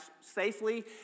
safely